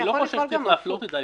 אני לא חושב שצריך להפלות אותה.